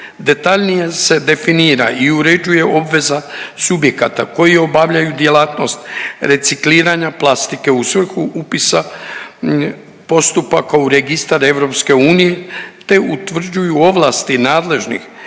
detaljnije se definira i uređuje obveza subjekata koji obavljaju djelatnost recikliranja plastike u svrhu upisa postupaka u registar EU te utvrđuju ovlasti nadležnih